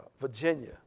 Virginia